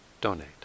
donate